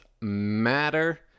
matter